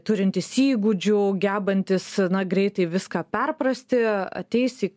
turintis įgūdžių gebantis greitai viską perprasti ateis į